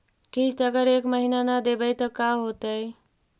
किस्त अगर एक महीना न देबै त का होतै?